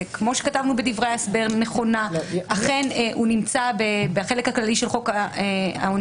וכמו שכתבנו בדברי ההסבר נכונה אכן הוא נמצא בחלק הכללי של חוק העונשין